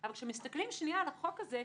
אבל כשמסתכלים על החוק הזה,